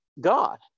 God